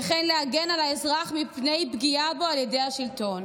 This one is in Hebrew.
וכן להגן על האזרח מפני פגיעה בו על ידי השלטון.